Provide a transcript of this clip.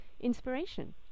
inspiration